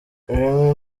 remy